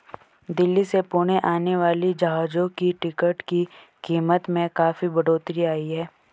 दिल्ली से पुणे आने वाली जहाजों की टिकट की कीमत में काफी बढ़ोतरी आई है